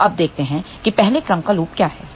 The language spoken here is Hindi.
तो अब देखते हैं कि पहले क्रम का लूप क्या हैं